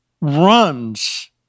runs